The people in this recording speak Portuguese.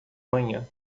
manhã